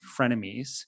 frenemies